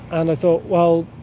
and i thought, well,